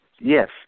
Yes